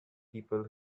people